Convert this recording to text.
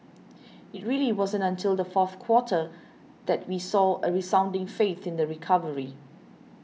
it really wasn't until the fourth quarter that we saw a resounding faith in the recovery